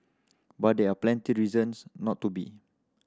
but there are plenty reasons not to be